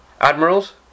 Admirals